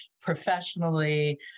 professionally